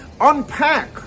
unpack